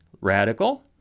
radical